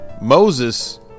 Moses